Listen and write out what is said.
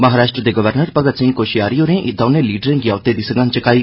महाराश्ट्र दे गवर्नर भगत सिंह कोशयारी होरें दौनें लीडरें गी औहद्वे दी सगंध चुकाई